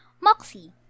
Moxie